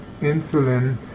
insulin